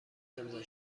امضا